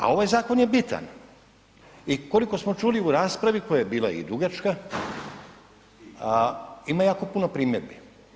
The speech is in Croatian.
A ovaj zakon je bitan i koliko smo čuli u raspravi koja je bila i dugačka, ima jako puno primjedbi.